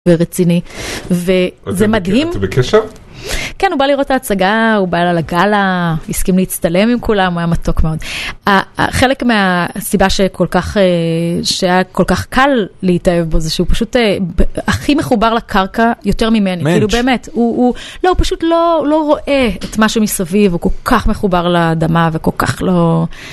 ורציני, וזה מדהים. אתם בקשר? כן, הוא בא לראות ההצגה, הוא בא לגאלה, הסכים להצטלם עם כולם, הוא היה מתוק מאוד. חלק מהסיבה שהיה כל כך קל להתאהב בו, זה שהוא פשוט הכי מחובר לקרקע יותר ממני, (מענטש) כאילו באמת. הוא פשוט לא רואה את מה שמסביב, הוא כל כך מחובר לאדמה וכל כך לא...